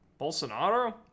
Bolsonaro